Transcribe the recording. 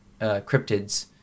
cryptids